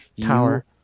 tower